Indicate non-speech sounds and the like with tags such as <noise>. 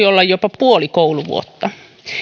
<unintelligible> olla jopa puoli kouluvuotta